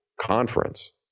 conference